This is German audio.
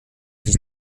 nicht